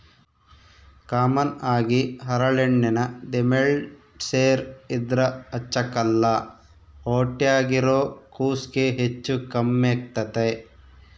common ಆಗಿ ಹರಳೆಣ್ಣೆನ ದಿಮೆಂಳ್ಸೇರ್ ಇದ್ರ ಹಚ್ಚಕ್ಕಲ್ಲ ಹೊಟ್ಯಾಗಿರೋ ಕೂಸ್ಗೆ ಹೆಚ್ಚು ಕಮ್ಮೆಗ್ತತೆ